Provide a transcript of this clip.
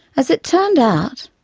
as it turned out,